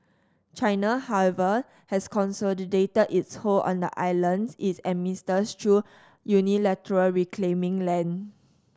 China however has consolidated its hold on the islands it administers through unilaterally reclaiming land